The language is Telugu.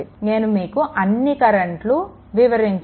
నేను మీకు అన్నీ కరెంట్లను వివరించాను